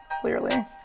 clearly